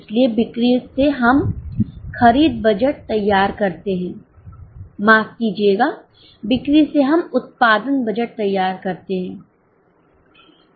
इसलिए बिक्री से हम खरीद बजट तैयार करते हैं माफ कीजिएगा बिक्री से हम उत्पादन बजट तैयार करते हैं